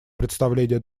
представление